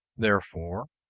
therefore,